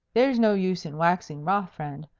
there's no use in waxing wroth, friend!